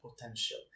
potential